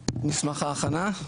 מסמך ההכנה?